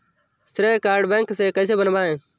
श्रेय card bank से कैसे बनवाएं?